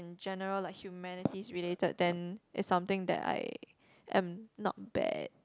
in general like humanities related then it's something that I am not bad